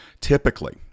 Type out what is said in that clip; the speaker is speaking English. Typically